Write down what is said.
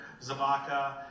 Zabaka